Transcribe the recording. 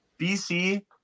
BC